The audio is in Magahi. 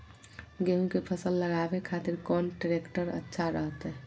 गेहूं के फसल लगावे खातिर कौन ट्रेक्टर अच्छा रहतय?